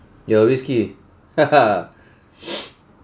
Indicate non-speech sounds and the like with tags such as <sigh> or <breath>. your whiskey <laughs> <breath>